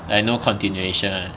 like no continuation [one]